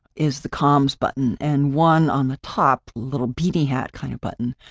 is the comms button and one on the top, little beady-y hat kind of button